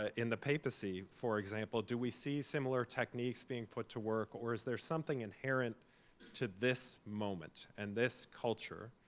ah in the papacy, for example, do we see similar techniques being put to work, or is there something inherent to this moment and this culture?